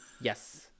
Yes